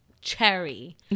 cherry